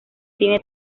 cine